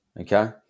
okay